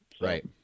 Right